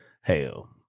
Hell